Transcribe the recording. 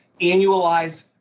annualized